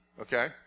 okay